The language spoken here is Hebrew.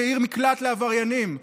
לעיר מקלט לעבריינים.